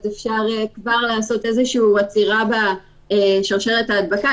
אפשר כבר לעשות איזו עצירה בשרשרת ההדבקה,